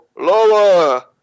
lower